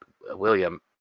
William